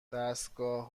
دستگاه